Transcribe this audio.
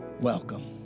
Welcome